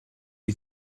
you